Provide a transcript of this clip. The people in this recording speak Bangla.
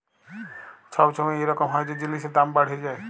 ছব ছময় ইরকম হ্যয় যে জিলিসের দাম বাড়্হে যায়